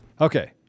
Okay